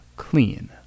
clean